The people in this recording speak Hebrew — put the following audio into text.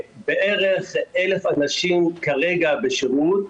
בערך 1,000 אנשים כרגע בשירות.